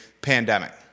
pandemic